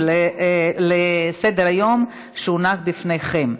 חוזרים לסדר-היום שהונח בפניכם.